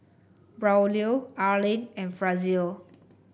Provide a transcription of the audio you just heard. Braulio Arlyn and Frazier